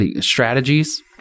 strategies